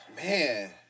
Man